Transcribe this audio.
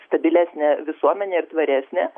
stabilesnę visuomenę ir tvaresnę